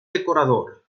decorador